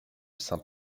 saint